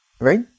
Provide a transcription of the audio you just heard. right